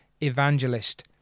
evangelist